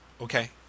Okay